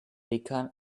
become